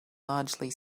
largely